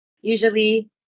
usually